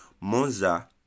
Monza